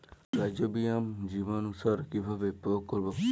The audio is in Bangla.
রাইজোবিয়াম জীবানুসার কিভাবে প্রয়োগ করব?